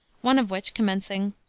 one of which, commencing,